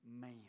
man